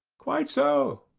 quite so.